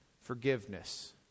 Forgiveness